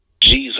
Jesus